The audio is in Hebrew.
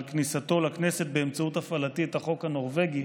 כניסתו לכנסת באמצעות הפעלתי את החוק הנורבגי,